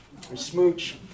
Smooch